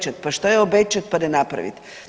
Pa što je obećati pa ne napraviti?